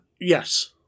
Yes